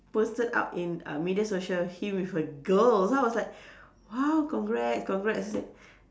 posted out in uh media social he with a girl so I was like !wow! congrats congrats so I said